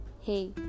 hey